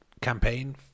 campaign